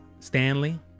stanley